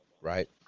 Right